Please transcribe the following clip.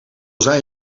zijn